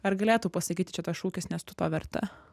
ar galėtų pasakyti čia tas šūkis nes tu to verta